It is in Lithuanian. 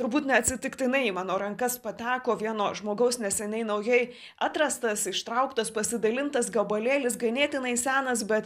turbūt ne atsitiktinai į mano rankas pateko vieno žmogaus neseniai naujai atrastas ištrauktas pasidalintas gabalėlis ganėtinai senas bet